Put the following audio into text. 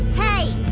hey!